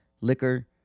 liquor